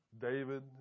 David